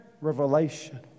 revelation